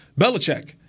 Belichick